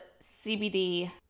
CBD